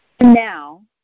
Now